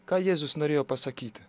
ką jėzus norėjo pasakyti